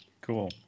Cool